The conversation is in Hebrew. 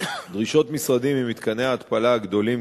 דרישות משרדי ממתקני ההתפלה הגדולים